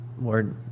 Lord